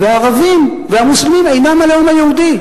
והערבים והמוסלמים אינם הלאום היהודי.